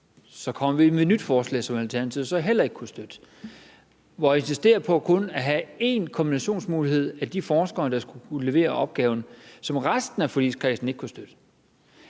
Så kommer vi med et nyt forslag, som Alternativet heller ikke kan støtte, og I insisterer på kun at have én kombinationsmulighed, når det drejer sig om de forskere, der skal kunne levere opgaven, som resten af forligskredsen ikke kan støtte.